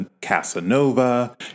Casanova